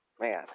man